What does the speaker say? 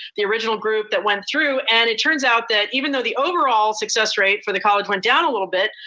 the original group that went through and it turns out that even though the overall success rate for the college went down a little bit,